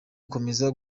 gukomeza